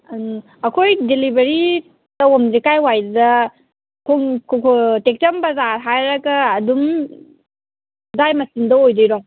ꯑꯩꯈꯣꯏ ꯗꯤꯂꯤꯕꯔꯤ ꯇꯧꯕꯝꯁꯦ ꯀꯥꯏꯋꯥꯏꯗ ꯇꯦꯛꯆꯝ ꯕꯖꯥꯔ ꯍꯥꯏꯔꯒ ꯑꯗꯨꯝ ꯑꯗꯥꯏ ꯃꯆꯤꯟꯗ ꯑꯣꯏꯗꯣꯏꯔꯣ